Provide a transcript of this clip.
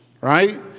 Right